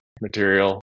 material